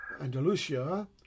Andalusia